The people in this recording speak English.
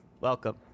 Welcome